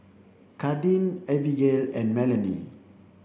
Kadin Abigail and Melony